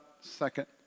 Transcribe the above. second